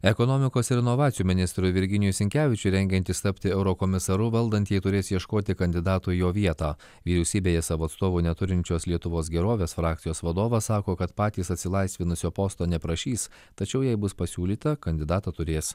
ekonomikos ir inovacijų ministrui virginijui sinkevičiui rengiantis tapti eurokomisaru valdantieji turės ieškoti kandidatų į jo vietą vyriausybėje savo atstovų neturinčios lietuvos gerovės frakcijos vadovas sako kad patys atsilaisvinusio posto neprašys tačiau jei bus pasiūlytą kandidatą turės